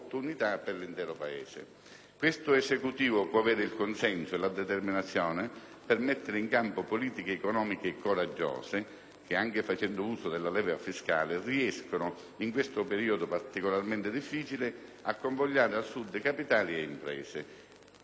Questo Esecutivo può avere il consenso e la determinazione per mettere in campo politiche economiche coraggiose che, anche facendo uso della leva fiscale, riescano, in questo periodo particolarmente difficile, a convogliare al Sud capitali e imprese.